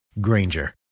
Granger